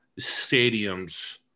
stadiums